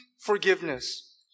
forgiveness